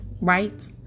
Right